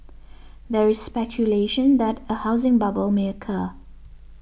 there is speculation that a housing bubble may occur